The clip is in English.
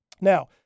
Now